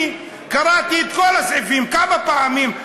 אני קראתי את כל הסעיפים כמה פעמים,